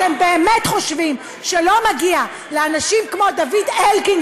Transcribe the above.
אתם באמת חושבים שלא מגיעות לאנשים כמו דוד אלקין,